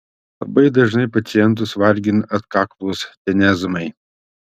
labai dažnai pacientus vargina atkaklūs tenezmai